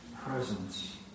presence